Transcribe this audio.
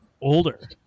older